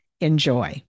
Enjoy